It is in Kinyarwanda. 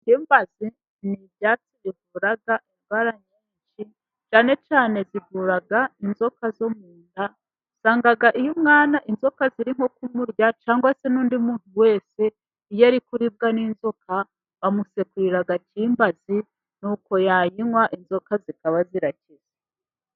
Kimbazi ni ibyatsi bivura indwara nyinshi. Cyane cyane bigura inzoka zo mu nda, usanga iyo umwana inzoka zirimo kumurya, cyangwa se n'undi muntu wese, iyo ari kuribwa n'inzoka bamusekurira kimbazi, nuko yayinywa, inzoka zikaba zirakize.